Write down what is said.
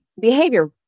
behavior